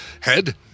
head